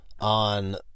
on